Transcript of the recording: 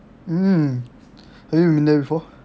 mm have you been there before